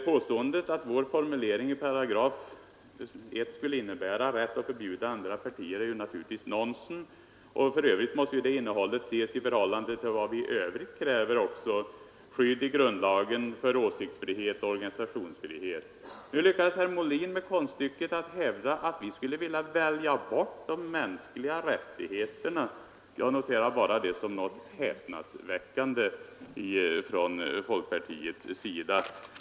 Påståendet att vår formulering av paragraf 1 skulle innebära rätt att förbjuda andra partier är naturligtvis nonsens. För övrigt måste detta ses i förhållande till vad vi i övrigt kräver, nämligen skydd i grundlagen för åsiktsfrihet och organisationsfrihet. Nu lyckades herr Molin med konststycket att hävda att vi skulle vilja välja bort de mänskliga rättigheterna. Jag noterar bara det som något häpnadsväckande från folkpartiets sida.